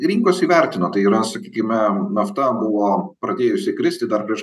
rinkos įvertino tai yra sakykime nafta buvo pradėjusi kristi dar prieš